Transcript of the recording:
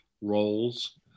roles